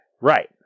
Right